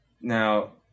Now